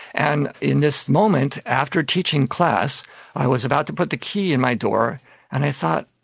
and in this moment after teaching class i was about to put the key in my door and i thought,